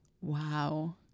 Wow